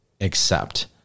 accept